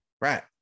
Right